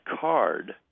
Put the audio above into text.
card